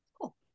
Cool